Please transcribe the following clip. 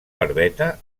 barbeta